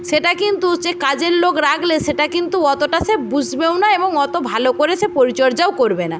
সেটা কিন্তু যে কাজের লোক রাখলে সেটা কিন্তু অতটা সে বুঝবেও না এবং অত ভালো করে সে পরিচর্যাও করবে না